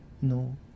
no